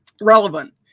relevant